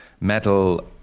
metal